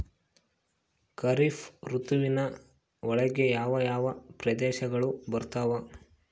ಖಾರೇಫ್ ಋತುವಿನ ಒಳಗೆ ಯಾವ ಯಾವ ಪ್ರದೇಶಗಳು ಬರ್ತಾವ?